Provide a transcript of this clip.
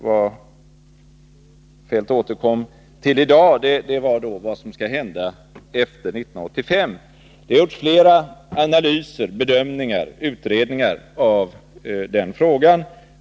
Vad Kjell-Olof Feldt återkom till i dag var vad som skall hända efter 1985. Det har gjorts flera analyser, bedömningar och utredningar av den frågan.